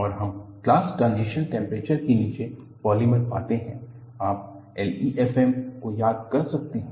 और हम glass transition temperature के नीचे पॉलिमर पाते हैं आप LEFM को याद कर सकते हैं